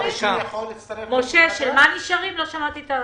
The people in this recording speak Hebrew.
בבקשה, שם ותפקיד.